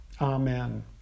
Amen